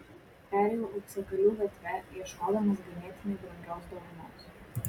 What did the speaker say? perėjau auksakalių gatve ieškodamas ganėtinai brangios dovanos